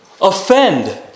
offend